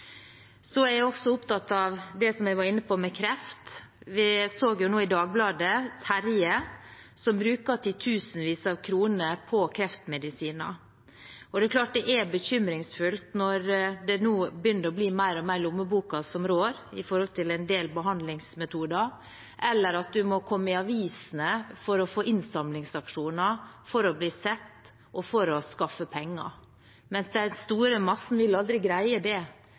Så er jeg også opptatt av det som jeg var inne på med hensyn til kreft. Vi så jo nå i Dagbladet Terje, som bruker titusenvis av kroner på kreftmedisiner. Det er klart at det er bekymringsfullt når det nå mer og mer begynner å bli lommeboka som rår når det gjelder behandlingsmetoder, eller at du må komme i avisene for å få innsamlingsaksjoner for å bli sett og for å skaffe penger. Men den store massen vil aldri greie det